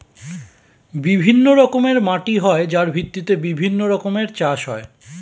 বিভিন্ন রকমের মাটি হয় যার ভিত্তিতে বিভিন্ন রকমের চাষ হয়